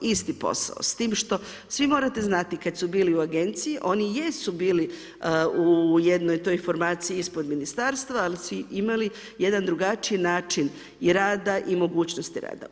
Isti posao, s tim što, svi morate znati kada su bili u agenciji, oni jesu bili u jednoj toj formaciji ispod ministarstva, ali su imali jedan drugačiji način rada i mogućnosti rada.